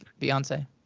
Beyonce